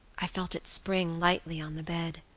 i felt it spring lightly on the bed.